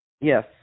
Yes